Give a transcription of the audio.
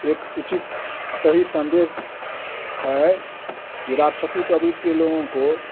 एक उचित सही संदेश है कि राक्षसी प्रवृती के लोगों को